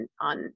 on